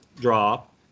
drop